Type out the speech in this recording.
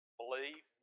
believe